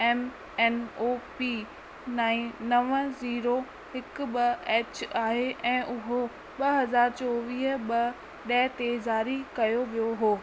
M M O P नाए नवं zero हिकु ॿ एच आहे ऐं उहो ॿ हज़ार चोवीह ॿ ॾह ते ज़ारी कयो वियो हो